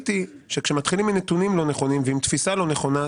וראיתי שכשמתחילים עם נתונים לא נכונים ועם תפיסה לא נכונה,